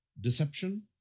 deception